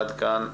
עד כאן.